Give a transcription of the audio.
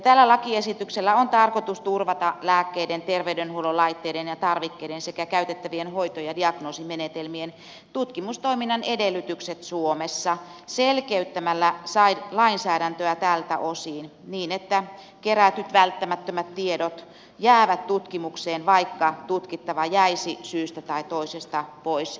tällä lakiesityksellä on tarkoitus turvata lääkkeiden terveydenhuollon laitteiden ja tarvikkeiden sekä käytettävien hoito ja diagnoosimenetelmien tutkimustoiminnan edellytykset suomessa selkeyttämällä lainsäädäntöä tältä osin niin että kerätyt välttämättömät tiedot jäävät tutkimukseen vaikka tutkittava jäisi syystä tai toisesta pois itse tutkimuksesta